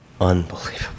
Unbelievable